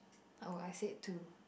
oh I said two